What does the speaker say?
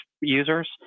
users